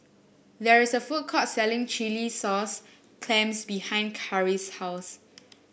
there is a food court selling Chilli Sauce Clams behind Karis' house